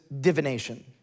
divination